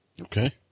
Okay